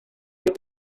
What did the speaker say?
sydd